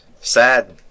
sad